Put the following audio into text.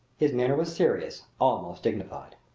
his manner was serious almost dignified.